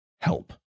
help